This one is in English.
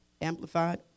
amplified